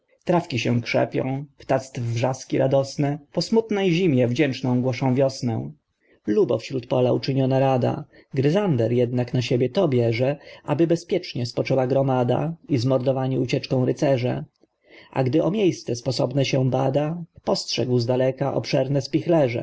trawki się krzepią ptactw wrzaski radosne po smutnej zimie wdzięczną głoszą wiosnę lubo wśród pola uczyniona rada gryzander jednak na siebie to bierze aby bezpiecznie spoczęła gromada i zmordowani ucieczką rycerze a gdy o miejsce sposobne się bada postrzegł zdaleka obszerne